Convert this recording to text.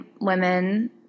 women